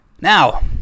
now